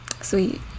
Sweet